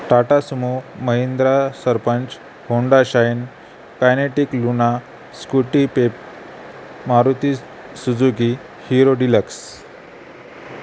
Tata Sumo Mahindra sarpanch Honda Shine Kinetic Luna Scooty pep Maruti Suzuki Hero deluxe